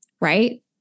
right